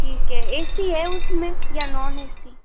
ठीक है A C है उसमें या नॉन ए सी